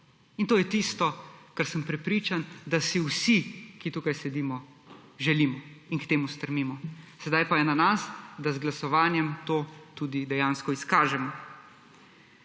In to je tisto, kar sem prepričan, da si vsi, ki tukaj sedimo, želimo in k temu strmimo. Sedaj pa je na nas, da z glasovanjem to tudi dejansko izkažemo.